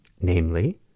namely